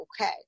okay